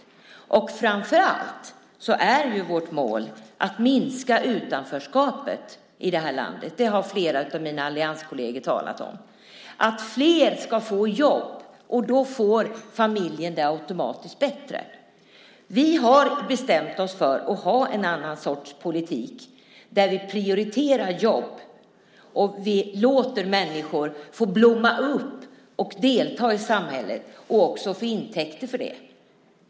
Framför allt är ju vårt mål att minska utanförskapet i det här landet. Flera av mina allianskolleger har talat om att fler ska få jobb, och då får familjen det automatiskt bättre. Vi har bestämt oss för att föra en annan sorts politik där vi prioriterar jobb, låter människor få blomma upp och delta i samhället och också få intäkter för det.